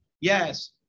Yes